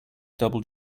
double